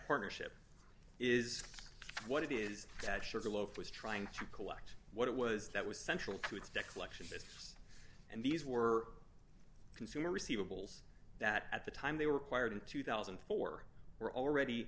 partnership is what it is that sugar loaf was trying to collect what it was that was central to its debt collection system and these were consumer receivables that at the time they were acquired in two thousand and four were already